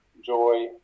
joy